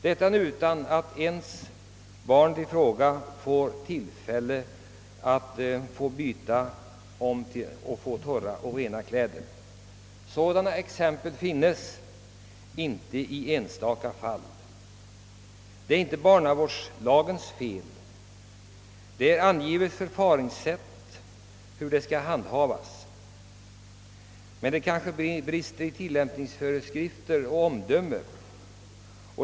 Detta görs utan att barnet i fråga ens får tillfälle att byta om och få torra och rena kläder. En mängd sådana exempel finns. Detta är inte barnavårdslagens fel, ty där anges förfaringssätt. Men det kanske brister i tillämpningsföreskrifterna och omdömet.